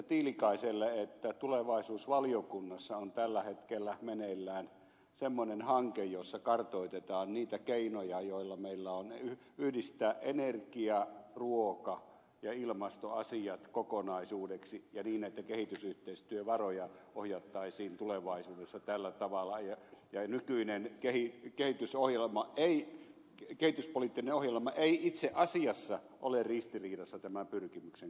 tiilikaiselle että tulevaisuusvaliokunnassa on tällä hetkellä meneillään semmoinen hanke jossa kartoitetaan niitä keinoja joita meillä on yhdistää energia ruoka ja ilmastoasiat kokonaisuudeksi ja niin että kehitysyhteistyövaroja ohjattaisiin tulevaisuudessa tällä tavalla ja nykyinen kehityspoliittinen ohjelma ei itse asiassa ole ristiriidassa tämän pyrkimyksen kanssa